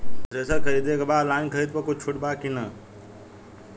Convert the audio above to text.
Thresher खरीदे के बा ऑनलाइन खरीद पर कुछ छूट बा कि न?